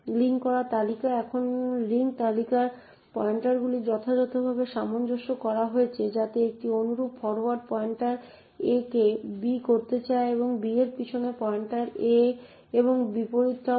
link করা তালিকা এখন লিঙ্ক তালিকা পয়েন্টারগুলি যথাযথভাবে সামঞ্জস্য করা হয়েছে যাতে একটি অনুরূপ ফরোয়ার্ড পয়েন্টার a কে b করতে চায় এবং b এর পিছনের পয়েন্টারকে a এবং বিপরীত টাও করে